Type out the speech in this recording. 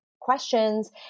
questions